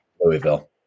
Louisville